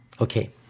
Okay